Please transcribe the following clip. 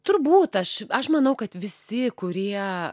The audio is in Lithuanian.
turbūt aš aš manau kad visi kurie